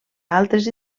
altres